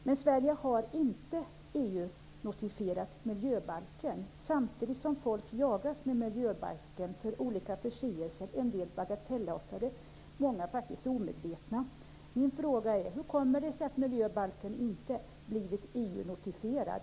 Men Sverige har inte EU-notifierat miljöbalken. Samtidigt jagar man folk som har gjort sig skyldiga till olika förseelser - en del bagatellartade och många som begås omedvetet - enligt miljöbalken. Min fråga är: Hur kommer det sig att miljöbalken inte har blivit EU-notifierad?